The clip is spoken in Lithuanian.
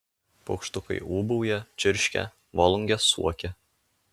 paukštukai ūbauja čirškia volungės suokia